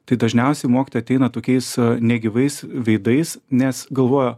tai dažniausiai mokytojai ateina tokiais negyvais veidais nes galvojo